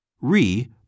Re